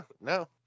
no